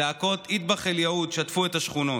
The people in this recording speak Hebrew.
צעקות "אד'בח אל-יהוד" שטפו את השכונות.